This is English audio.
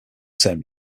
term